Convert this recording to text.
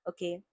Okay